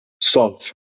solve